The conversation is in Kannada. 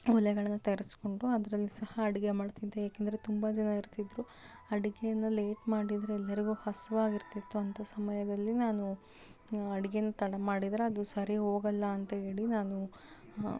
ಒಲೆಗಳನ್ನ ತರಿಸ್ಕೊಂಡು ಅದ್ರಲ್ಲಿ ಸಹ ಅಡುಗೆ ಮಾಡ್ತಿದ್ದೆ ಏಕೆಂದರೆ ತುಂಬ ಜನ ಇರ್ತಿದ್ದರು ಅಡುಗೇನ ಲೇಟ್ ಮಾಡಿದರೆ ಎಲ್ಲರಿಗೂ ಹಸಿವಾಗಿರ್ತಿತ್ತು ಅಂಥ ಸಮಯದಲ್ಲಿ ನಾನು ಅಡುಗೇನ ತಡ ಮಾಡಿದರೆ ಅದು ಸರಿ ಹೋಗಲ್ಲ ಅಂತ ಹೇಳಿ ನಾನು